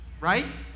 right